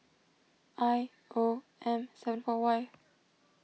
I O M seven four Y